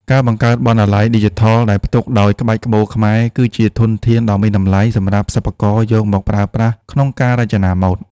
ការបង្កើតបណ្ណាល័យឌីជីថលដែលផ្ទុកដោយក្បាច់ក្បូរខ្មែរ គឺជាធនធានដ៏មានតម្លៃសម្រាប់សិប្បករយកមកប្រើប្រាស់ក្នុងការរចនាម៉ូដ។